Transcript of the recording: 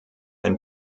ein